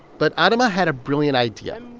but adama had a brilliant idea.